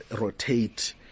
rotate